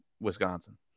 Wisconsin